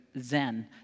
zen